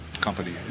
company